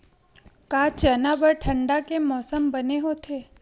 का चना बर ठंडा के मौसम बने होथे?